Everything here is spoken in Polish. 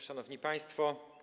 Szanowni Państwo!